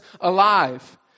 alive